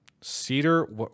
Cedar